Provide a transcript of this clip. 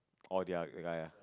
oh the the guy ah